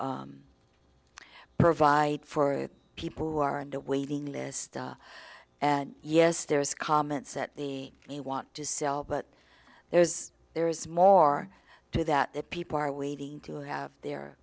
to provide for people who are in the waiting list and yes there's comments that the we want to sell but there's there's more to that people are waiting to have their